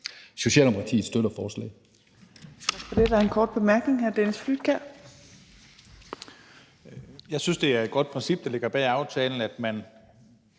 Socialdemokratiet støtter forslaget.